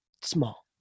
small